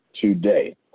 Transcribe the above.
today